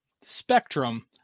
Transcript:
spectrum